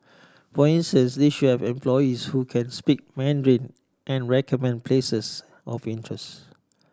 for instance they should have employees who can speak Mandarin and recommend places of interest